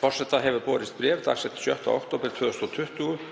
Forseta hefur borist bréf, dagsett 6. október 2020,